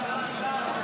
די, די, די.